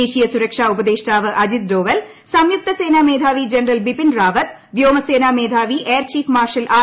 ദേശീയ സുരക്ഷാ ഉപദേഷ്ടാവ് അജിത് ഡോവൽ സംയുക്ത സേനാ മേധാവി ജനറൽ ബിപിൻ റാവത്ത് വ്യോമസേനാ മേധാവി എയർചീഫ് മാർഷൽ ആർ